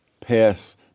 pass